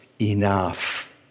enough